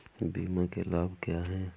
बीमा के लाभ क्या हैं?